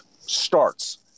starts